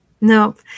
nope